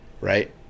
Right